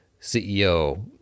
CEO